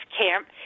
camp